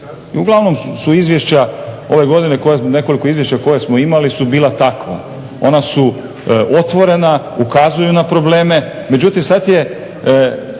uglavnom su izvješća ove godine, nekoliko izvješća koja smo imali su bila takva. Ona su otvorena, ukazuju na probleme. Međutim sada je,